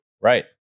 Right